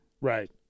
Right